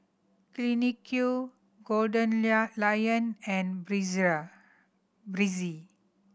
Clinique Gold lion and Breezer